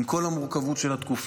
עם כל המורכבות של התקופה.